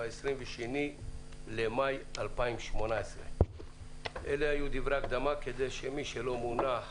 ב-22 במאי 2018. אלה היו דברי הקדמה כדי שמי שלא מבין